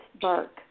bark